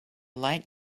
light